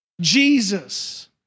Jesus